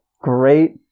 great –